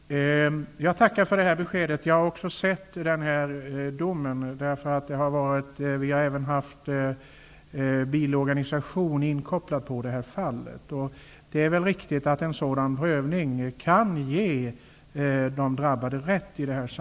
Herr talman! Jag tackar för det beskedet. Också jag har tagit del av denna dom. Även en bilorganisation har varit inkopplad i detta fall. Det är riktigt att en domstolsprövning kan ge de drabbade rätt.